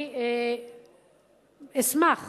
אני אשמח